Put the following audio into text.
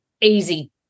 easy